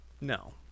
No